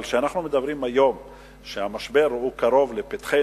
אבל כאשר היום אנחנו מדברים על כך שהמשבר קרוב לפתחנו,